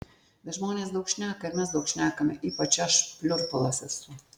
bet žmonės daug šneka ir mes daug šnekame ypač aš pliurpalas esu